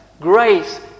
grace